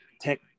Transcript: tech